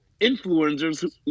influencers